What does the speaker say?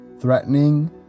threatening